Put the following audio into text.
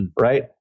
right